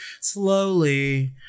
slowly